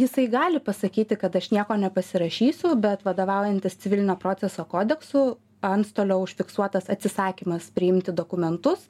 jisai gali pasakyti kad aš nieko nepasirašysiu bet vadovaujantis civilinio proceso kodeksu antstolio užfiksuotas atsisakymas priimti dokumentus